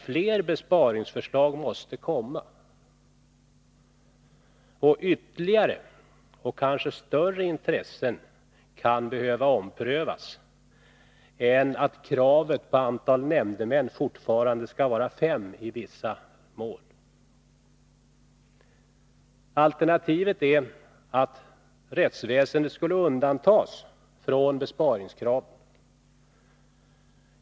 Fler besparingsförslag måste nämligen komma, och ytterligare och kanske större intressen kan behöva omprövas än när det 18 maj 1983 Alternativet är att rättsväsendet skulle undantas från besparingskraven.